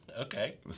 Okay